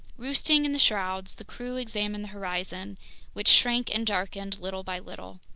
roosting in the shrouds, the crew examined the horizon which shrank and darkened little by little.